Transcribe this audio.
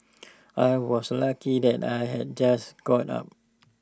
I was lucky that I had just got up